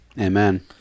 Amen